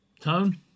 Tone